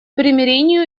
примирению